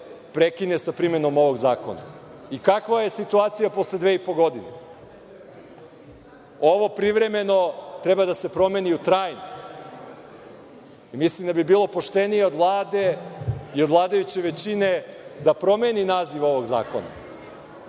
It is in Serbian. prekine sa primenom ovog zakona. Kakva je situacija posle dve i po godine? Ovo privremeno treba da se promeni u trajno. Mislim da bi bilo poštenije od Vlade i od vladajuće većine da promeni naziv ovog zakona